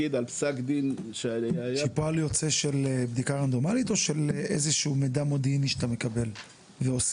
זה פועל יוצא של בדיקה רנדומלית או איזושהי מידע מודיעיני שאתה אוסף?